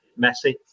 Messi